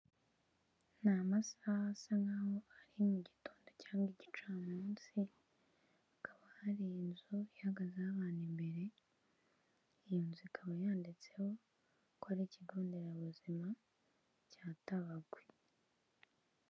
Ni amasaha asa nkaho ari mu gitondo cyangwa igicamunsi, hakaba hari inzu ihagazeho abantu imbere, iyi nzu ikaba yanditseho ko ari ikigo nderabuzima cya Tabagwe.